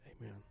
Amen